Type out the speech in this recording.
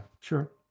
sure